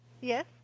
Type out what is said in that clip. Yes